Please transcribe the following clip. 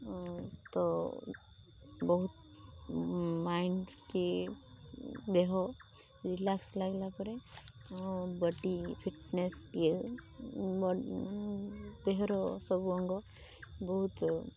ତ ବହୁତ ମାଇଣ୍ଡ କି ଦେହ ରିଲାକ୍ସ ଲାଗିଲା ପରେ ବଡ଼ି ଫିଟ୍ନେସ୍ ଦିଏ ଦେହର ସବୁ ଅଙ୍ଗ ବହୁତ